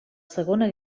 segona